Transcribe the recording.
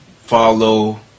follow